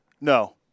No